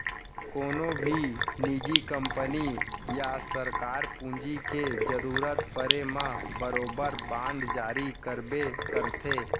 कोनों भी निजी कंपनी या सरकार पूंजी के जरूरत परे म बरोबर बांड जारी करबे करथे